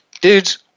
dude's